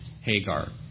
Hagar